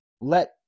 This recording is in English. let